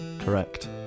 correct